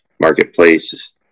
marketplaces